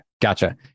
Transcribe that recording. Gotcha